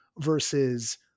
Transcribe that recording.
versus